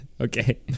okay